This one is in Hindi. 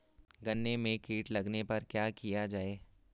गन्ने में कीट लगने पर क्या किया जाये?